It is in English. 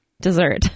dessert